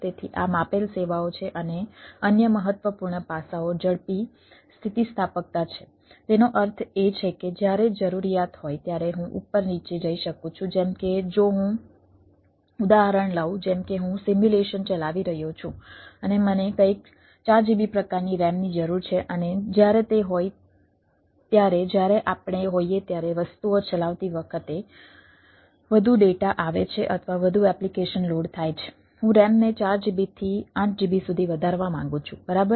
તેથી આ માપેલ સેવાઓ છે અને અન્ય મહત્વપૂર્ણ પાસાઓ ઝડપી સ્થિતિસ્થાપકતા છે તેનો અર્થ એ છે કે જ્યારે જરૂરિયાત હોય ત્યારે હું ઉપર નીચે જઈ શકું છું જેમ કે જો હું ઉદાહરણ લઉં જેમ કે હું સિમ્યુલેશન થાય છે હું RAM ને 4GB થી 8GB સુધી વધારવા માંગુ છું બરાબર